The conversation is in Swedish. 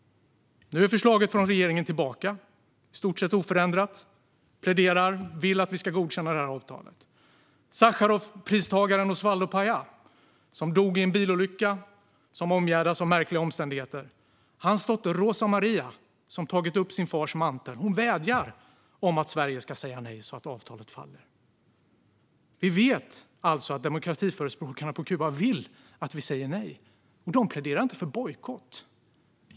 Nu är förslaget från regeringen tillbaka, i stort sätt oförändrat. Regeringen pläderar för och vill att vi ska godkänna avtalet. Sacharovpristagaren Osvaldo Payá, som dog i en bilolycka omgärdad av märkliga omständigheter, har en dotter som heter Rosa Maria och som har tagit upp sin fars mantel. Hon vädjar om att Sverige ska säga nej så att avtalet faller. Vi vet alltså att demokratiförespråkarna på Kuba vill att vi säger nej. Och de pläderar inte för bojkott.